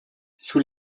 sous